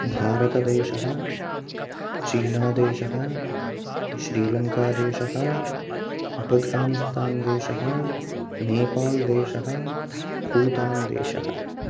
भारतदेशः चीना देशः श्रीलङ्का देशः अफ़्गानिस्तान् देशः नेपाल देशः भूतान् देशः